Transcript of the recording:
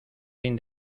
fin